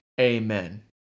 Amen